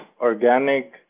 organic